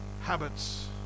habits